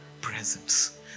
presence